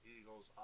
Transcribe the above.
Eagles